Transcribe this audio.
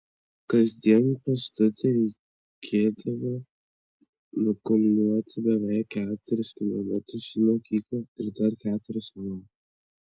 kasdien pėstute reikėdavo nukulniuoti beveik keturis kilometrus į mokyklą ir dar keturis namo